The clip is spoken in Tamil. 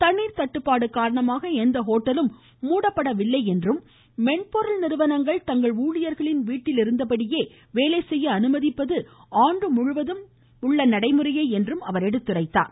தண்ணீர் தட்டுபாடு காரணமாக எந்த ஹோட்டலும் மூடப்படவில்லை என்றும் மென்பொருள் நிறுவனங்கள் தங்கள் ஊழியர்களில் வீட்டில் இருந்த படியே வேலை செய்ய அனுமதிப்பது ஆண்டு முழுவதும் உள்ள நடைமுறையே என்றும் குறிப்பிட்டார்